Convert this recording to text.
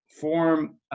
form